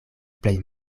plej